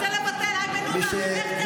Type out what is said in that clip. רוצה לבטל, איימן עודה, תומך טרור.